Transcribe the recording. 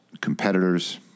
competitors